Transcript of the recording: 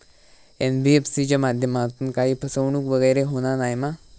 NBFC च्या माध्यमातून काही फसवणूक वगैरे होना नाय मा?